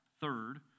Third